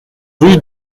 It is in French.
rue